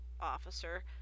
Officer